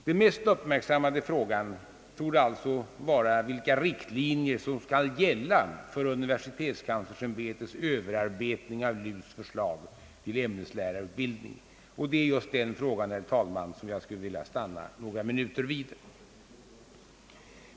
Den mest uppmärksammade frågan torde alltså vara vilka riktlinjer som skall gälla för universitetskanslersämbetets överarbetning av lärarutbildningssakkunnigas förslag till ämneslärarutbildning, och det är just den frågan, herr talman, som jag skulle vilja stanna några minuter vid.